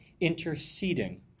interceding